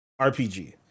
RPG